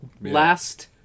last